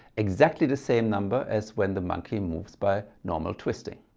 exactly the same number as when the monkey moves by normal twisting.